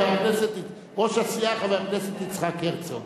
ראש הסיעה, חבר הכנסת יצחק הרצוג.